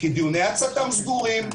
דיוני הצת"מ סגורים,